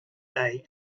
day